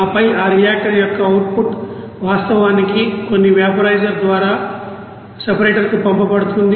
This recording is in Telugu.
ఆపై ఆ రియాక్టర్ యొక్క అవుట్పుట్ వాస్తవానికి కొన్నివాపో రైజర్ ద్వారా సెపరేటర్కు పంపబడుతుంది